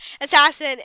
Assassin